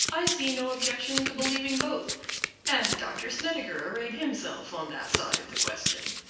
i see no objection to believing both and dr. snedeker arrayed himself on that side of the question.